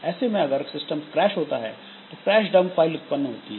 ऐसे में अगर सिस्टम क्रैश होता है तो क्रैश डंप फाइल उत्पन्न होती है